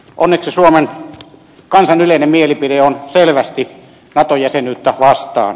onneksi suomen kansan yleinen mielipide on selvästi nato jäsenyyttä vastaan